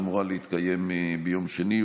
אמורה להתקיים ביום שני,